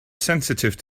sensitive